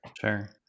Sure